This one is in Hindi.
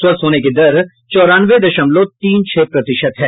स्वस्थ होने की दर चौरानवे दशमलव तीन छह प्रतिशत है